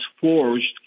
forged